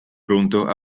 pronto